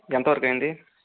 ఎంత వరకు అయింది